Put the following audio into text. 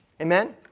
Amen